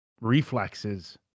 reflexes